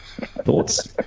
Thoughts